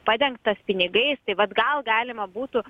padengtas pinigais tai vat gal galima būtų